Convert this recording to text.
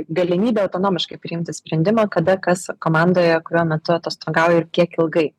galimybė autonomiškai priimti sprendimą kada kas komandoje kuriuo metu atostogauja ir kiek ilgai